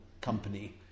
company